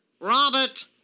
Robert